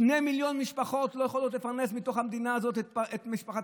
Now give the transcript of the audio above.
שני מיליון משפחות לא יכולות להתפרנס במדינה הזאת בכבוד.